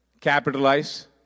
capitalize